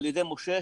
על ידי משה,